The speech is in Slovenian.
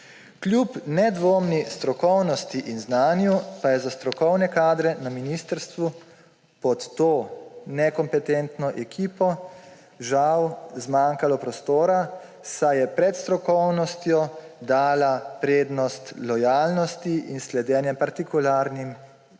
Kljub nedvomni strokovnosti in znanju pa je za strokovne kadre na ministrstvu pod to nekompetentno ekipo žal zmanjkalo prostora, saj je pred strokovnostjo dala prednost lojalnosti in sledenjem partikularnim